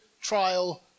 trial